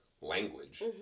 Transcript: language